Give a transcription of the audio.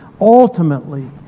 ultimately